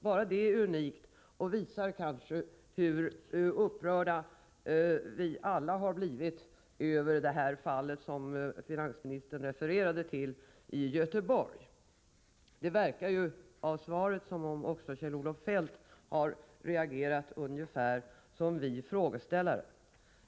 Bara det är unikt och visar kanske hur upprörda vi alla har blivit över det fall i Göteborg som finansministern refererade till. Det verkar ju av svaret som om också Kjell-Olof Feldt har reagerat ungefär så som vi frågeställare.